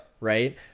Right